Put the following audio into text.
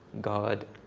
God